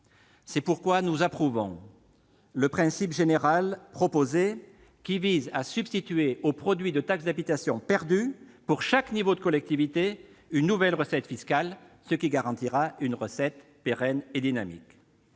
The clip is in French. C'est pourquoi nous approuvons le principe général proposé, qui vise à substituer au produit de la taxe d'habitation perdu, pour chaque niveau de collectivité, une nouvelle recette fiscale, ce qui leur garantira une ressource pérenne et dynamique.